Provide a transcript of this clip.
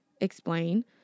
Explain